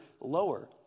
lower